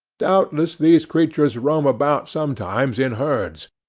doubtless these creatures roam about sometimes in herds,